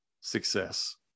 success